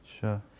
Sure